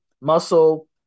muscle